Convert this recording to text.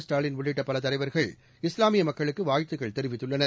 ஸ்டாலின் உள்ளிட்ட பல தலைவர்கள் இஸ்லாமிய மக்களுக்கு வாழ்த்துக்கள் தெரிவித்துள்ளனர்